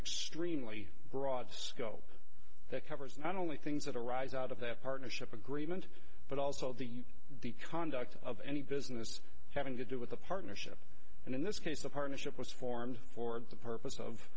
extremely broad scope that covers not only things that arise out of that partnership agreement but also the the conduct of any business having to do with a partnership and in this case the partnership was formed for the purpose of